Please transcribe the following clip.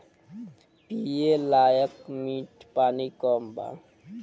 पिए लायक मीठ पानी कम बा